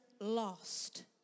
lost